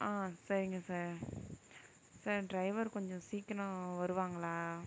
ஆ சரிங்க sir sir driver கொஞ்சம் சீக்கனம் வருவாங்களா